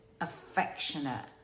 affectionate